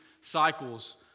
cycles